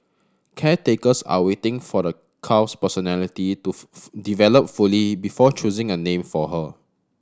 caretakers are waiting for the calf's personality to develop fully before choosing a name for her